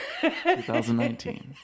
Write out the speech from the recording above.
2019